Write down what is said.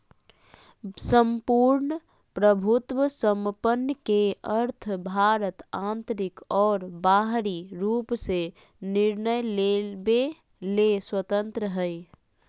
सम्पूर्ण प्रभुत्वसम्पन् के अर्थ भारत आन्तरिक और बाहरी रूप से निर्णय लेवे ले स्वतन्त्रत हइ